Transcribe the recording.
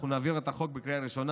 אנחנו נעביר את החוק בקריאה ראשונה.